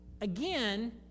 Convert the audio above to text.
again